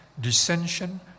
dissension